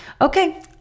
Okay